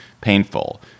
painful